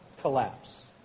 collapse